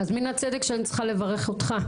אז מן הצדק שאני צריכה לברך אותך,